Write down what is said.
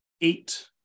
eight